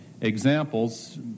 examples